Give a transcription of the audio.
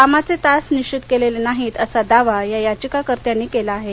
कामाचे तास निश्वित केलेले नाहीत असा दावा याचिकाकर्त्यांनी केला आहे